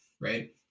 right